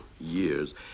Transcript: years